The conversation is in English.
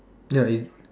ya it